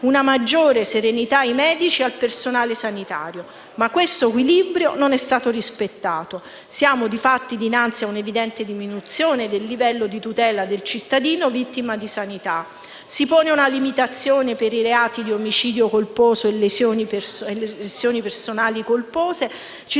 una maggiore serenità ai medici e al personale sanitario; ma questo equilibrio non è stato rispettato. Siamo infatti dinanzi a una evidente diminuzione del livello di tutela del cittadino vittima di sanità. Si pone una limitazione per i reati di omicidio colposo e lesioni personali colpose,